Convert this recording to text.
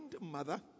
mother